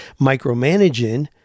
micromanaging